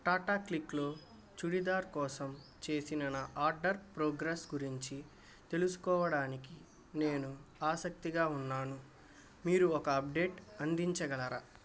టాటా క్లిక్లో చూడిదార్ కోసం చేసిన నా ఆర్డర్ ప్రోగ్రెస్ గురించి తెలుసుకోవడానికి నేను ఆసక్తిగా ఉన్నాను మీరు ఒక అప్డేట్ అందించగలరా